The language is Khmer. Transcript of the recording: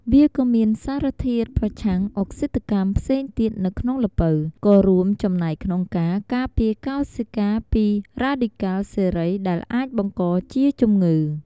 វាក៏៏មានសារធាតុប្រឆាំងអុកស៊ីតកម្មផ្សេងទៀតនៅក្នុងល្ពៅក៏រួមចំណែកក្នុងការការពារកោសិកាពីរ៉ាឌីកាល់សេរី ដែលអាចបង្កជាជំងឺ។